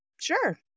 Sure